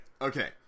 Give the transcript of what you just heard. Okay